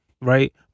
right